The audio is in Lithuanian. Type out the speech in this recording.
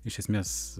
iš esmės